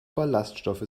ballaststoffe